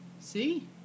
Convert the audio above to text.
See